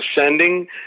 ascending